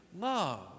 love